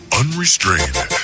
unrestrained